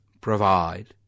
provide